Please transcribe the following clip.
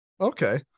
Okay